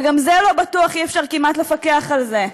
וגם זה לא בטוח כמעט אי-אפשר לפקח על זה.